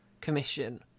commission